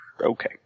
Okay